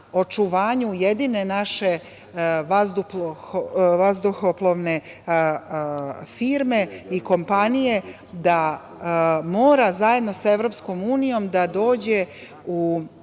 očuvanju jedine naše vazduhoplovne firme i kompanije da mora zajedno sa EU da dođe u